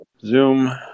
Zoom